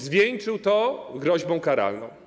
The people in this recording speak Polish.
Zwieńczył to groźbą karalną.